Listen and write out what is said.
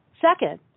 Second